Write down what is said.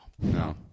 No